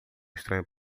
estranho